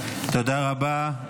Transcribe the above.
תודה רבה.